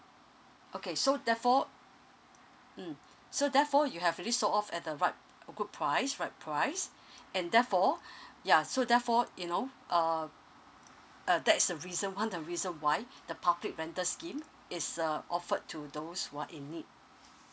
okay so therefore mm so therefore you have already sold off at the right uh good price right price and therefore ya so therefore you know uh uh that is a reason one the reason why the topic rental scheme is uh offered to those who are in need